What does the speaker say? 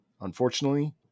Unfortunately